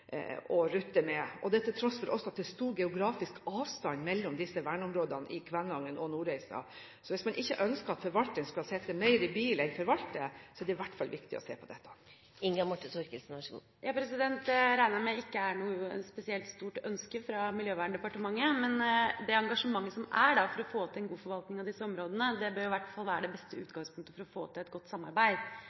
å rutte med – til tross for at det er stor geografisk avstand mellom verneområdene i Kvænangen og Nordreisa. Så hvis man ikke ønsker at forvalteren skal sitte mer i bil enn forvalte, er det i hvert fall viktig å se på dette. Jeg regner med at det ikke er et spesielt stort ønske fra Miljøverndepartementet. Men det engasjementet som er for å få til en god forvaltning av disse områdene, bør være det beste utgangspunktet for å få til et godt samarbeid.